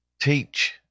Teach